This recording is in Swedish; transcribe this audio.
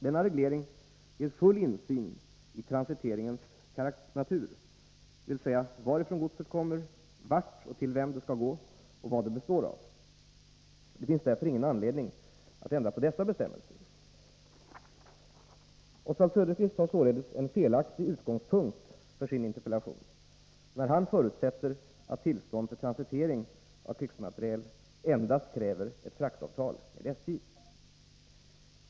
Denna reglering ger full insyn i transiteringens natur, dvs. varifrån godset kommer, vart och till vem det skall gå och vad det består av. Det finns därför ingen anledning att ändra på dessa bestämmelser. Oswald Söderqvist har således en felaktig utgångspunkt för sin interpellation, när han förutsätter att tillstånd för transitering av krigsmateriel endast kräver ett fraktavtal med SJ.